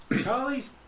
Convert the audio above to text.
Charlie's